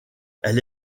elle